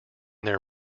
their